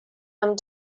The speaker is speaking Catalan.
amb